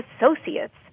associates